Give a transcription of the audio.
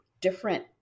different